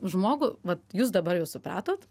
žmogų vat jūs dabar jau supratot